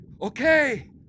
okay